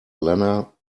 lenna